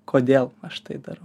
kodėl aš tai darau